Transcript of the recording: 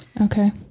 Okay